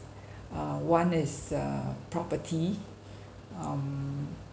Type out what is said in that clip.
uh one is uh property um